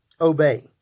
obey